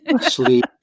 Sleep